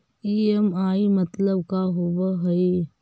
EMI मतलब का होब हइ?